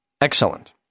Excellent